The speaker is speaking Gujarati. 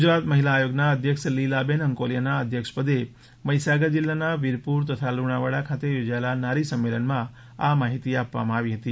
ગુજરાત મહિલા આયોગના અધ્યક્ષ લીલાબેન અંકોલીયાના અધ્યક્ષપદે મહિસાગર જિલ્લાના વિરપુર તથા લુણાવાડા ખાતે યોજાયેલા નારી સંમેલનમાં આ માહિતી આપવામાં આવી હતી